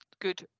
good